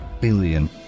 billion